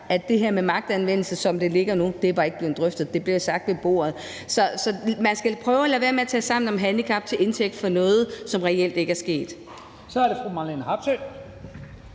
at det her med magtanvendelse, som det ligger nu, ikke var blevet drøftet. Det blev sagt ved bordet. Så man skal prøve at lade være med at tage Sammen om handicap til indtægt for noget, som reelt ikke er sket. Kl. 11:02 Første